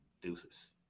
deuces